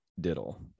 diddle